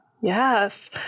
Yes